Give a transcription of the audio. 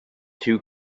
two